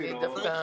תגידי לו.